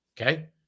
Okay